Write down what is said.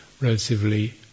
relatively